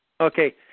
Okay